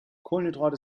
kohlenhydrate